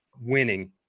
winning